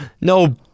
no